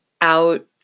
out